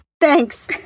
Thanks